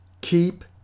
keep